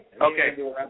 Okay